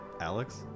Alex